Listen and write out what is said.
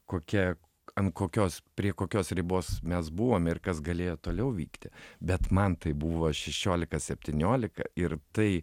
kokia ant kokios prie kokios ribos mes buvome ir kas galėjo toliau vykti bet man tai buvo šešiolika septyniolika ir tai